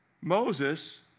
Moses